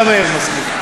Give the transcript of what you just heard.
גם מאיר מסכים.